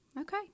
Okay